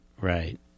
right